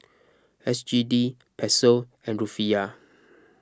S G D Peso and Rufiyaa